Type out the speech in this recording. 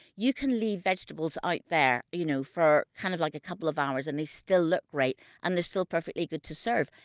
you can leave vegetables right there you know for kind of like a couple of hours and they still look right and are perfectly good to serve.